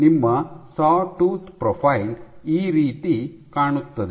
ನಿಮ್ಮ sawtooth profile ಈ ರೀತಿ ಕಾಣುತ್ತದೆ